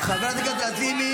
כמו קרן הקולנוע,